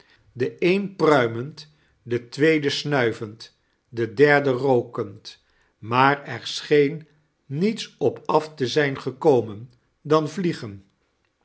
do een pruimend de t'weede simivend de derde rpsend maar er scheen niets op af te zijn gekomen dan vliegen